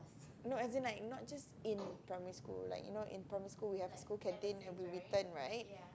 no as in like not just in primary school like you know in primary school we have school canteen we have to return right